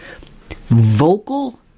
vocal